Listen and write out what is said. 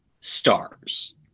stars